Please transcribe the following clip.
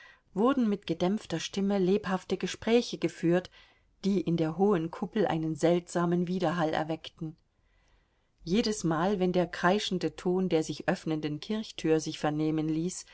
wurden mit gedämpfter stimme lebhafte gespräche geführt die in der hohen kuppel einen seltsamen widerhall erweckten jedesmal wenn der kreischende ton der sich öffnenden kirchtür sich vernehmen ließ